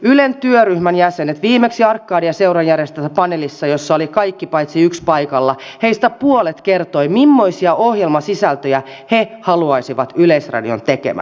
ylen työryhmän jäsenet viimeksi arkadia seuran järjestämässä paneelissa jossa olivat kaikki paitsi yksi paikalla heistä puolet kertoi mimmoisia ohjelmasisältöjä he haluaisivat yleisradion tekevän